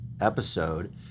episode